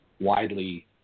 widely